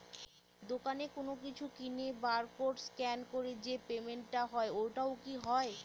দোকানে কোনো কিছু কিনে বার কোড স্ক্যান করে যে পেমেন্ট টা হয় ওইটাও কি হয়?